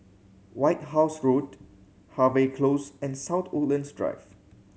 White House Road Harvey Close and South Woodlands Drive